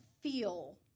feel